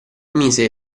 mise